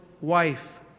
wife